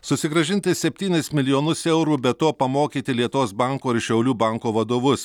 susigrąžinti septynis milijonus eurų be to pamokyti lietuvos banko ir šiaulių banko vadovus